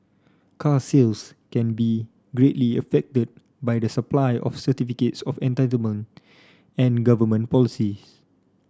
car sales can be greatly affected by the supply of certificates of entitlement and government policies